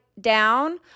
Down